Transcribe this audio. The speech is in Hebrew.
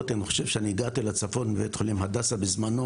בבקשה.